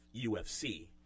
UFC